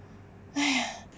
!haiya!